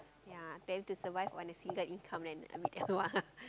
yeah tend to survive on a single income then I mean !wah!